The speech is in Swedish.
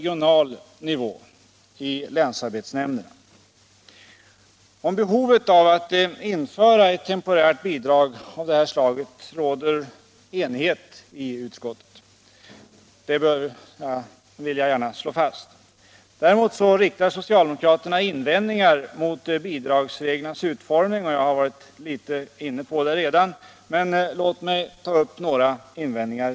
Om behovet av att införa ett temporärt bidrag av detta slag råder enighet i utskottet — det vill jag gärna slå fast. Däremot riktar socialdemokraterna invändningar mot bidragsreglernas utformning. Jag har redan varit inne på det, men låt mig ta upp ytterligare några invändningar.